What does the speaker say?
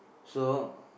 so